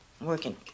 Working